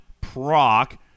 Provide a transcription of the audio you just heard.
proc